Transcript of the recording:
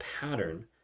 pattern